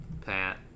Pat